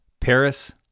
Paris